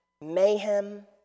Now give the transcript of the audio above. mayhem